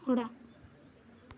ᱚᱲᱟᱜ